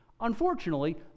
Unfortunately